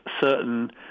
certain